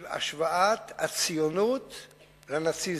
של השוואת הציונות לנאציזם.